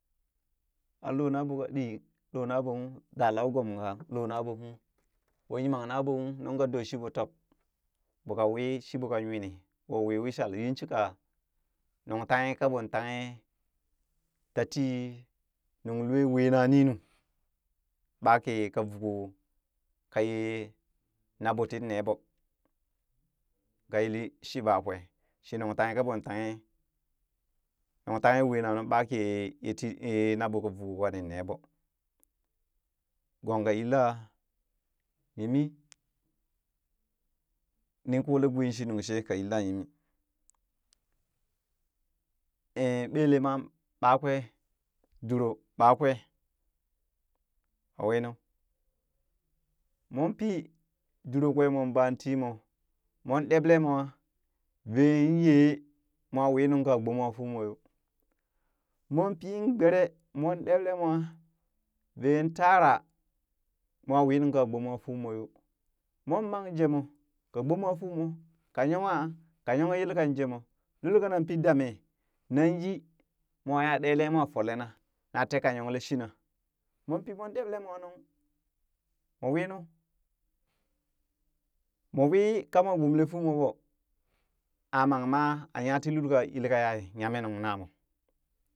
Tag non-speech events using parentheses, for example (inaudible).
Ɓaan loona ɓoo ka ɗii loo na ɓoo ung da lawee goom loo na ɓoo (noise) kung ɓo yimang na ung nung kaa doo shi ɓoo tob ɓoka wii shiɓoo ka yunii moo wi wishal yinshika nung tanghe ka ɓoon tanghe, tatii nuŋ lwe weena nunu, ɓaa kii ka voo koo kayee naɓo tin nee ɓo, ka yili shi ɓakwee shi nungh tanghe kaɓoon tanghe nung tanghe wena nuu ɓaa kii ma yee ti ye naɓoo ka vuu koo kanin nee ɓoo gong ka yilla yimi nin kolee gwii shi nunshee ka yin laa yimi (hesitation) ɓelee ma ɓakwee, duro ɓakwee, awinu moon pi duro kwee moon baa timoo mon ɗeɓlee mwa veenyee mwa wii nung kaa gboma fuumoo yoo moon piin gbere moon ɗeɓlee mwa veen tara moo wee nunka gbomaa fuu yoo moon mang jemoo ka gboma fuu mo ka yongha ka yonghe yelkan jemoo. lul kanan pii damee nan yi mwa ya ɗele mwa foleena na taka yonghle shina moon pii moon ɗeɓle mwa nuŋ, mwa winu moo wii kamoo gbolee fuu moo ɓoo aa mang ma a nya ti lul ka yilka ya nyame nuŋ moo.